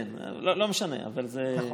כן, לא משנה, נכון,